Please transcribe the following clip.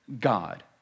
God